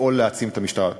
לפעול להעצים את המשטרה.